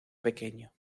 pequeño